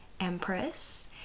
empress